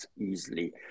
easily